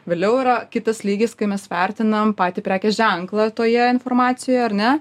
vėliau yra kitas lygis kai mes vertinam patį prekės ženklą toje informacijoje ar ne